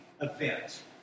event